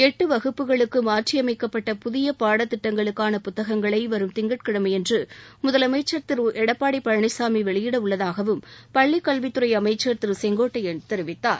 எட்டு வகுப்புகளுக்கு மாற்றியமைக்கப்பட்ட புதிய பாடத்திட்டங்களுக்கான புத்தகங்களை வரும் திங்கட்கிழமையன்று முதலமைச்சர் திரு எடப்பாடி பழனிசாமி வெளியிட உள்ளதாகவும் பள்ளி கல்வித் துறை அமைச்சர் திரு செங்கோட்டையன் தெரிவித்தார்